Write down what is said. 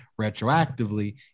retroactively